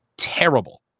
Terrible